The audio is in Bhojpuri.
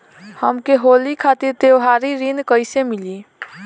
हमके होली खातिर त्योहारी ऋण कइसे मीली?